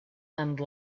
and